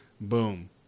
boom